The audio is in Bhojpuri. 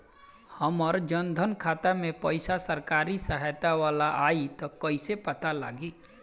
हमार जन धन खाता मे पईसा सरकारी सहायता वाला आई त कइसे पता लागी?